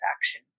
action